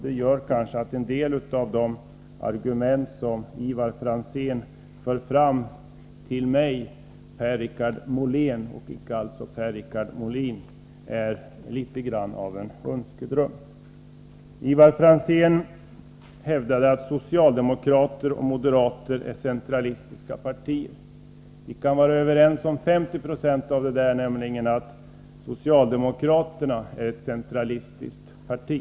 Det gör kanske att en del av de argument som Ivar Franzén för fram till mig, Per-Richard Molén — alltså icke Per-Richard Molin — är litet grand av en önskedröm. Ivar Franzén hävdade att socialdemokrater och moderater är centralistiska partier. Vi kan vara överens om 50 96 av detta, nämligen att socialdemokraterna är ett centralistiskt parti.